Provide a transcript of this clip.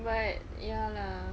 but ya lah